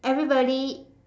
everybody